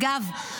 אגב,